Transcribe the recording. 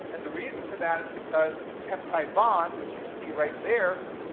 and the reason for that is because the peptide bond, which you see right there,